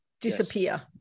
disappear